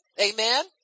Amen